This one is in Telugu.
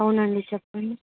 అవునండి చెప్పండి